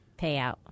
payout